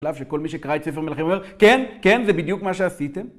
שכל מי שקרא את ספר מלכים אומר, כן, כן, זה בדיוק מה שעשיתם.